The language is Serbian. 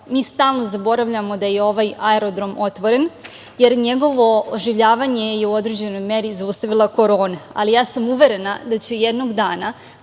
Mi stalno zaboravljamo da je ovaj aerodrom otvoren, jer njegovo oživljavanje je u određenoj meri zaustavila korona, ali ja sam uverena da će jednog dana